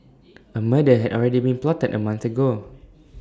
A murder had already been plotted A month ago